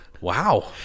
Wow